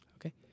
Okay